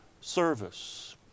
service